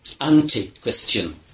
anti-Christian